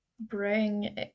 bring